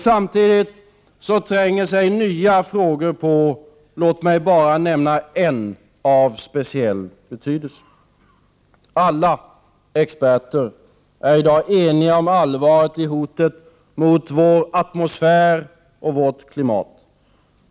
Samtidigt tränger sig nya frågor på. Låt mig bara nämna en som är av speciell betydelse. Alla experter är i dag eniga om allvaret i hotet mot vår atmosfär och vårt klimat.